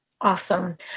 Awesome